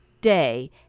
day